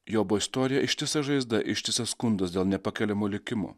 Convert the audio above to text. jobo istorija ištisa žaizda ištisas skundas dėl nepakeliamo likimo